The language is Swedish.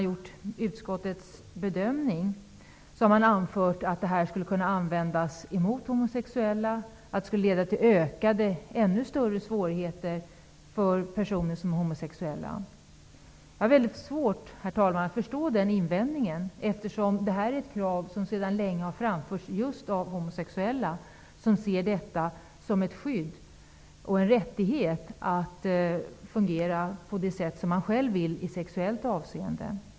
I utskottets bedömning har man anfört att detta skulle kunna användas mot homosexuella och att det skulle leda till ännu större svårigheter för personer som är homosexuella. Jag har svårt att förstå den invändningen. Detta är ett krav som sedan länge har framförts just av homosexuella, som ser detta som ett skydd för rättigheten att fungera på det sätt man själv vill i sexuellt avseende.